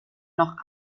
noch